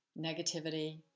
negativity